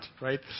right